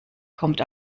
kommt